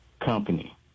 company